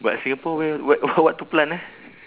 but singapore where what what to plant ah